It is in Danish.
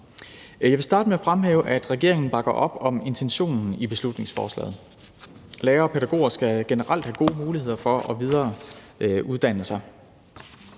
Jeg vil starte med at fremhæve, at regeringen bakker op om intentionen i beslutningsforslaget. Lærere og pædagoger skal generelt have gode muligheder for at videreuddanne sig,